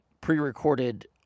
pre-recorded